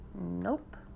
Nope